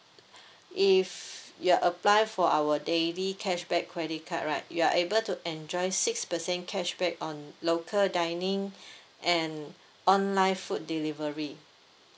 if you apply for our daily cashback credit card right you are able to enjoy six percent cashback on local dining and online food delivery